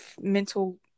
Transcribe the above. mental